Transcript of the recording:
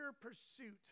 pursuit